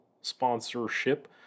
sponsorship